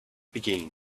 beginning